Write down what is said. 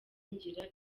ngira